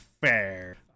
fair